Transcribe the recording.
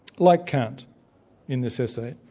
like kant in this essay,